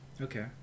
okay